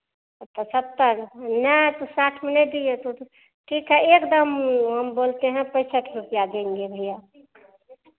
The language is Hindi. पचहत्तर ह नहीं तो साठ में नहीं दिए तो तो ठीक है एक दाम हम बोलते हैं पैंसठ रुपैया देंगे भैया